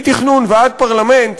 מתכנון ועד פרלמנט,